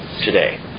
today